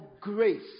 grace